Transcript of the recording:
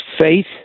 faith